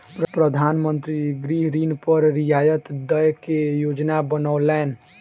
प्रधान मंत्री गृह ऋण पर रियायत दय के योजना बनौलैन